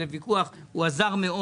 הוא עזר מאוד